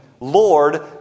Lord